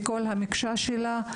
על כל המקשה שלה,